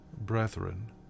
brethren